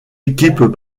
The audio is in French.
équipes